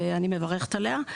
ואני מברכת עליה.